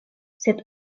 sed